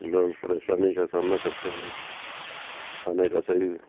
لوگ پریشانی کا سامنا کرتے ہیں کھانے کا صحیح